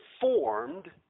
formed